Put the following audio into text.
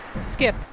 Skip